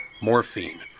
morphine